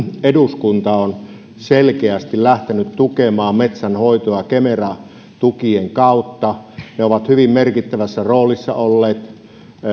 eduskunta on selkeästi lähtenyt tukemaan metsänhoitoa kemera tukien kautta ne ovat hyvin merkittävässä roolissa olleet